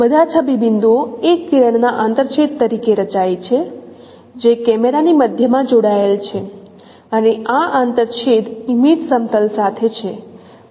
બધા છબી બિંદુઓ એક કિરણના આંતરછેદ તરીકે રચાય છે જે કેમેરાની મધ્યમાં જોડાયેલ છે અને આ આંતરછેદ ઈમેજ સમતલ સાથે છે